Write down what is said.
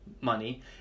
money